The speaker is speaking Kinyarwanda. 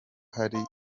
hari